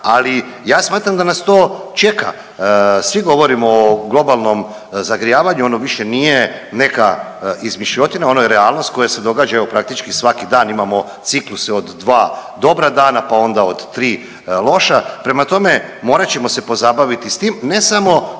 Ali ja smatram da nas to čeka. Svi govorimo o globalnom zagrijavanju, ono više nije neka izmišljotina. Ono je realnost koja se događa evo praktički svaki dan. Imamo cikluse od dva dobra dana, pa onda od tri loša. Prema tome, morat ćemo se pozabaviti s tim ne samo